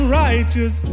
righteous